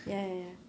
ya ya ya